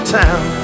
town